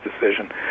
decision